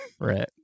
Right